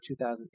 2008